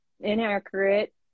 inaccurate